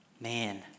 Man